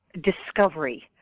discovery